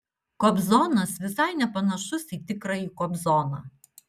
kobzonas visai nepanašus į tikrąjį kobzoną